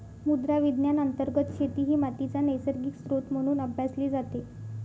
मृदा विज्ञान अंतर्गत शेती ही मातीचा नैसर्गिक स्त्रोत म्हणून अभ्यासली जाते